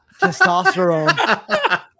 testosterone